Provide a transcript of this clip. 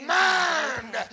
mind